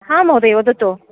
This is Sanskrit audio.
हा महोदय वदतु